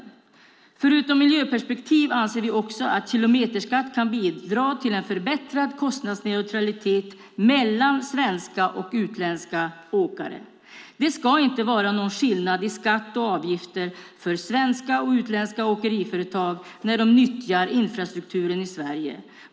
Vi anser att kilometerskatt, förutom ur ett miljöperspektiv, kan bidra till en förbättrad kostnadsneutralitet mellan svenska och utländska åkare. Det ska inte vara någon skillnad i skatt och avgifter för svenska och utländska åkeriföretag när de nyttjar infrastrukturen i Sverige.